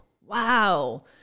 Wow